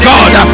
God